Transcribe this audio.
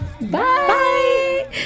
Bye